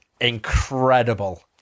incredible